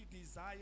desire